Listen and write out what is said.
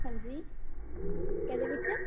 हां जी केह्दे बिच्च